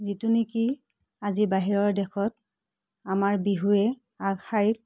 যিটো নেকি আজি বাহিৰৰ দেশত আমাৰ বিহুৱে আগশাৰিত